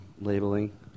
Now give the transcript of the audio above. labeling